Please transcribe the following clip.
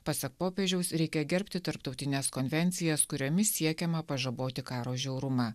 pasak popiežiaus reikia gerbti tarptautines konvencijas kuriomis siekiama pažaboti karo žiaurumą